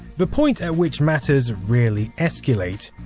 the point at which matters really escalate.